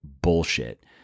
bullshit